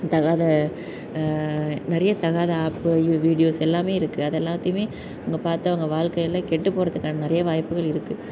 தகாத நிறைய தகாத ஆப்பு வீடியோஸ் எல்லாமே இருக்குது அது எல்லாத்தையும் அவங்க பார்த்து அவங்க வாழ்க்கையில் கெட்டு போகிறதுக்கான நெறைய வாய்ப்புகள் இருக்கு